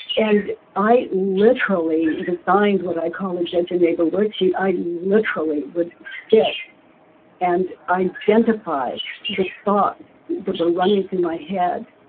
and i literally designed what i call the judge your neighbor worksheet, i literally would sit and identify the thoughts that were running through my head,